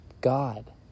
God